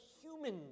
human